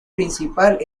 principal